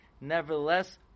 nevertheless